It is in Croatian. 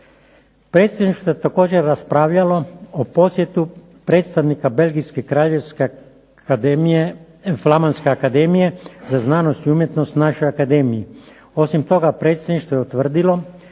Predsjedništvo je također raspravljalo o posjetu predstavnika belgijske kraljevske akademije, flamanske Akademije za znanost i umjetnost našoj akademiji. Osim toga predsjedništvo je utvrdilo